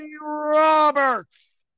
Roberts